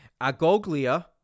Agoglia